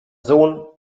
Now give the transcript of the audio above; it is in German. sohn